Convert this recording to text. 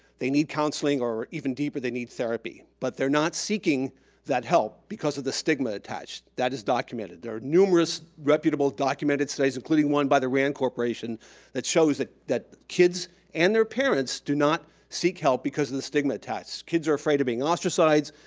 they need counseling or even deeper, they need therapy but they're not seeking that help because of the stigma attached. that is documented. there are numerous reputable documented that says including one by the rand corporation that shows that that kids and their parents do not seek help because of the stigma attached. kids are afraid of being ostracized,